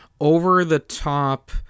over-the-top